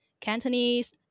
Cantonese